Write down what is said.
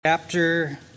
Chapter